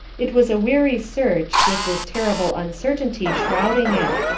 it was a weary search, with this terrible uncertainty shrouding it.